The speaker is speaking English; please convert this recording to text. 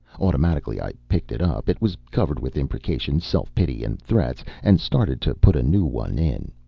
automatically i picked it up it was covered with imprecations, self-pity and threats and started to put a new one in.